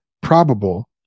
probable